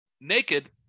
naked